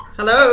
Hello